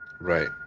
Right